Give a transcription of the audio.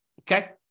Okay